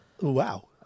Wow